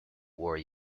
wore